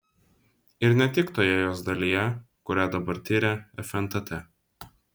ir ne tik toje jos dalyje kurią dabar tiria fntt